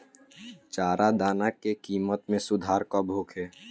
चारा दाना के किमत में सुधार कब होखे?